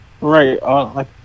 Right